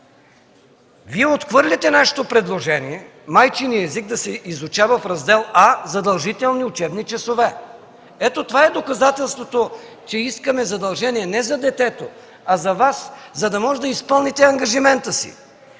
Вие отхвърляте нашето предложение майчиният език да се изучава в Раздел А – „Задължителни учебни часове”. Ето това е доказателството, че искаме задължение не за детето, а за Вас, за да можете да изпълните ангажимента си.